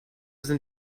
sind